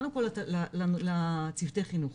קודם כל לצוותי חינוך